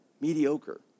mediocre